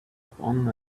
upon